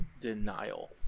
denial